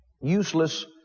useless